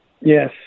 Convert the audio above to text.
Yes